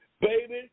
Baby